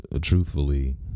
truthfully